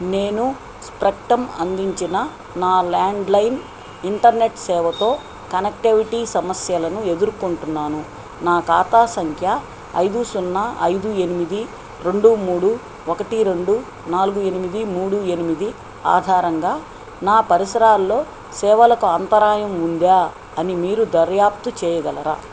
నేను స్ప్రెక్టం అందించిన నా ల్యాండ్లైన్ ఇంటర్నెట్ సేవతో కనెక్టివిటీ సమస్యలను ఎదుర్కొంటున్నాను నా ఖాతా సంఖ్య ఐదు సున్నా ఐదు ఎనిమిది రెండు మూడు ఒకటి రెండు నాలుగు ఎనిమిది మూడు ఎనిమిది ఆధారంగా నా పరిసరాల్లో సేవలకు అంతరాయం ఉందా అని మీరు దర్యాప్తు చేయగలరా